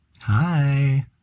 Hi